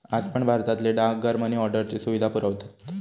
आज पण भारतातले डाकघर मनी ऑर्डरची सुविधा पुरवतत